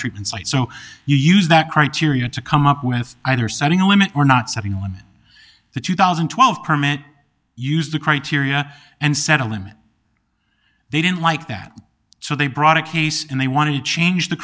treatment site so you use that criteria to come up with either setting a limit or not setting on the two thousand and twelve permit use the criteria and set a limit they didn't like that so they brought a case and they want to change the